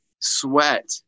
sweat